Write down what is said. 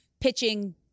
Pitching